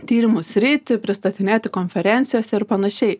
tyrimų sritį pristatinėti konferencijose ir panašiai